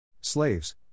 Slaves